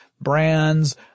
brands